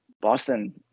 Boston